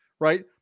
Right